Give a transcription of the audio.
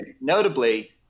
notably